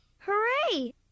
Hooray